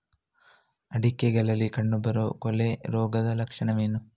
ಅಡಿಕೆಗಳಲ್ಲಿ ಕಂಡುಬರುವ ಕೊಳೆ ರೋಗದ ಲಕ್ಷಣವೇನು?